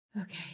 Okay